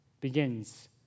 begins